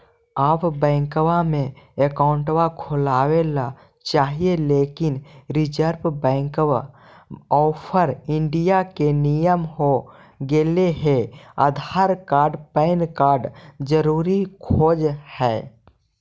आब बैंकवा मे अकाउंट खोलावे ल चाहिए लेकिन रिजर्व बैंक ऑफ़र इंडिया के नियम हो गेले हे आधार कार्ड पैन कार्ड जरूरी खोज है?